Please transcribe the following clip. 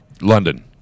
London